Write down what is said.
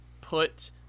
put